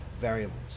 variables